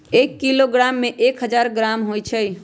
एक किलोग्राम में एक हजार ग्राम होई छई